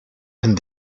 and